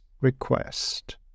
request